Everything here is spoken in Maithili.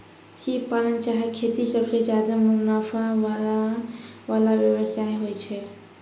सिप पालन चाहे खेती सबसें ज्यादे मुनाफा वला व्यवसाय होय छै